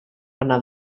anar